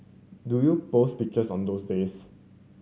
do you post pictures on those days